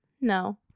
No